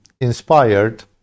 inspired